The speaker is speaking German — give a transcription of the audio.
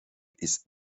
ist